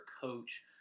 coach